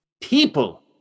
people